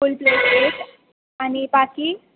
फुल plate एक आणि बाकी